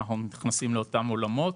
אנחנו נכנסים לאותם עולמות,